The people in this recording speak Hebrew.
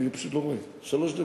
אני פשוט לא רואה, שלוש דקות,